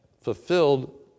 fulfilled